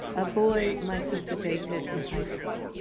a boy my sister dated in high school.